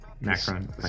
Macron